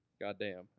goddamn